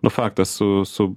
nu faktas su su